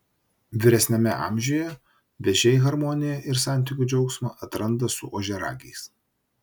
vyresniame amžiuje vėžiai harmoniją ir santykių džiaugsmą atranda su ožiaragiais